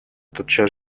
тотчас